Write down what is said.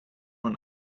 und